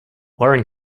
warren